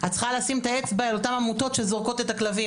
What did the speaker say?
את צריכה לשים את האצבע על אותן עמותות שזורקות את הכלבים.